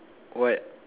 what